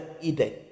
eden